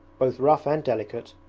both rough and delicate,